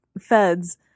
feds